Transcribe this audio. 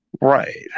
Right